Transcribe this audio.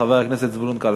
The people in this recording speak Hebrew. חבר הכנסת זבולון קלפה.